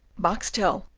boxtel,